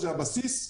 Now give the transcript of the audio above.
שזה הבסיס,